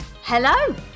Hello